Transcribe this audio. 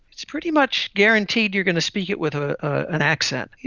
it's pretty much guaranteed you're going to speak it with ah an accent.